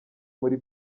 muri